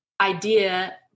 idea